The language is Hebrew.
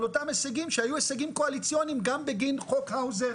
אותם הישגים שהיו הישגים קואליציוניים גם בגין חוק האוזר,